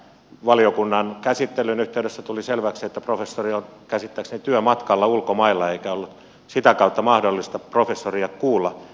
valiokunnan käsittelyn yhteydessä tuli selväksi että professori oli käsittääkseni työmatkalla ulkomailla eikä ollut sitä kautta mahdollista professoria kuulla